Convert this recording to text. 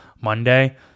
Monday